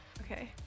Okay